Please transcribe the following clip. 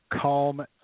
calm